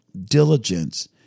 diligence